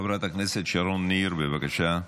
חברת הכנסת שרון ניר, בבקשה,